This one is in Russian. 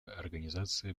организация